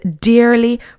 dearly